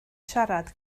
siarad